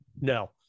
No